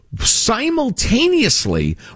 simultaneously